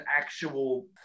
actual